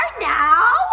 now